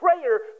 prayer